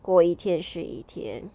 过一天是一天